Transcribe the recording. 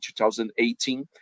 2018